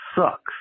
sucks